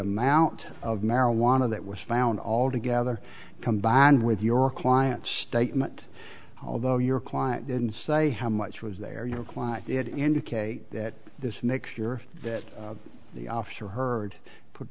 amount of marijuana that was found all together combined with your client statement although your client didn't say how much was there your client did indicate that this makes sure that the officer heard put